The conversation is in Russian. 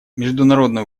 международное